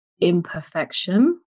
imperfection